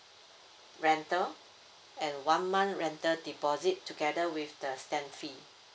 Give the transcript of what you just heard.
rental and one month rental deposit together with the stamp fee